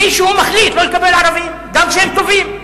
מישהו מחליט לא לקבל ערבים, גם כשהם טובים.